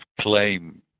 claim